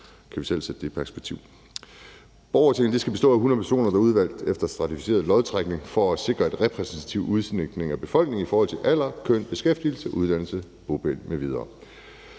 Borgertinget skal bestå af 100 personer, der er udvalgt efter stratificeret lodtrækning for at sikre et repræsentativt udsnit af befolkningen i forhold til alder, køn, beskæftigelse, uddannelse, bopæl m.v.